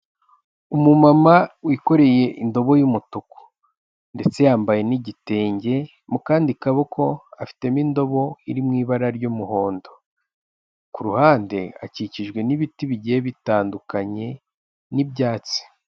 Umumama wikoreye indobo y'umutuku ndetse yambaye n'igitenge mu kandi kaboko afitemo indobo iri m'ibara ry'umuhondo ku ruhande akikijwe n'ibiti bigiye bitandukanye n'ibyatsi.